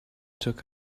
took